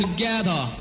Together